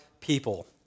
people